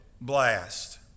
blast